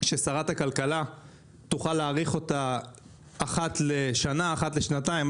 ששרת הכלכלה תוכל להאריך אותה אחת לשנה או אחת לשנתיים,